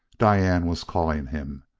diane was calling him,